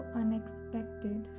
unexpected